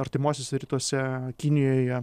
artimuosiuose rytuose kinijoje